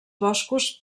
boscos